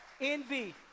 Envy